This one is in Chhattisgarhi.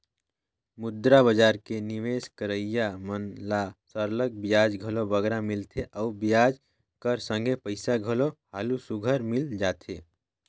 मुद्रा बजार में निवेस करोइया मन ल सरलग बियाज घलो बगरा मिलथे अउ बियाज कर संघे पइसा घलो हालु सुग्घर मिल जाथे